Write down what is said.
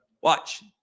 watch